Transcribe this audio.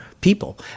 people